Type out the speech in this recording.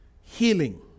healing